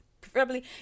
Preferably